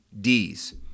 Ds